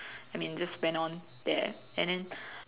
and it just went on there